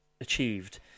achieved